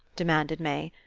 demanded may,